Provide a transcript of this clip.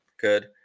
good